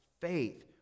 faith